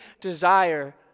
desire